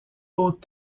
hautes